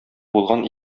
булган